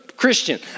Christian